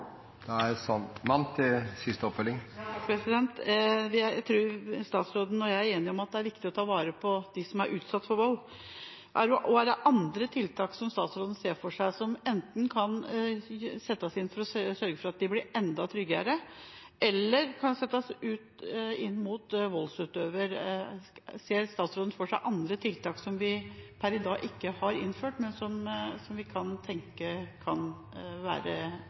jeg er enige om at det er viktig å ta vare på dem som er utsatt for vold. Er det andre tiltak som statsråden ser for seg, som enten kan settes inn for å sørge for at de blir enda tryggere, eller som kan settes inn mot voldsutøver? Ser statsråden for seg andre tiltak, som vi per i dag ikke har innført, men som vi kan tenke kan være